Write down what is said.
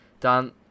Dan